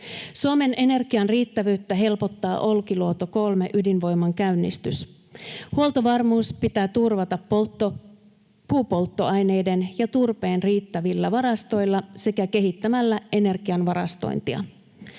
Suomen energian riittävyyttä helpottaa Olkiluoto 3 ‑ydinvoimalan käynnistys. Huoltovarmuus pitää turvata puupolttoaineiden ja turpeen riittävillä varastoilla sekä kehittämällä energian varastointia.